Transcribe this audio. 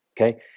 Okay